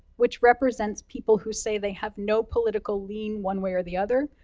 which represents people who say they have no political lean one way or the other,